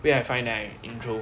wait I find then I intro